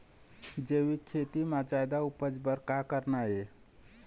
जैविक खेती म जादा उपज बर का करना ये?